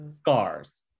Scars